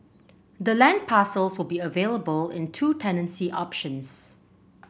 the land parcels will be available in two tenancy options